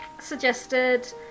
suggested